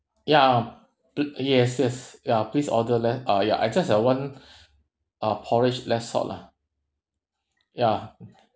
ya pl~ yes yes ya please order less uh ya uh just the one uh porridge less salt lah ya